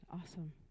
awesome